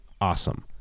awesome